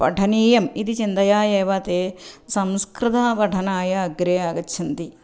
पठनीयम् इति चिन्तया एव ते संस्कृतपठनाय अग्रे आगच्छन्ति